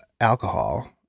alcohol